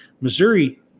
Missouri